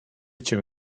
cię